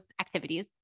activities